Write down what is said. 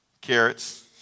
Carrots